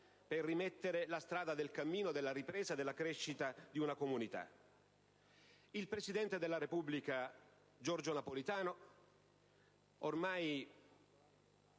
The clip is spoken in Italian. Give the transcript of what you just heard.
per riprendere la strada della ripresa e della crescita di una comunità. Il presidente della Repubblica Giorgio Napolitano, da